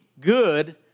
good